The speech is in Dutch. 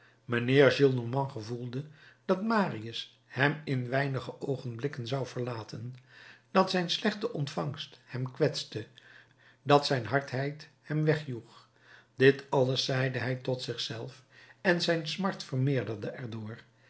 mijnheer gillenormand gevoelde dat marius hem in weinige oogenblikken zou verlaten dat zijn slechte ontvangst hem kwetste dat zijn hardheid hem wegjoeg dit alles zeide hij tot zich zelf en zijn smart vermeerderde er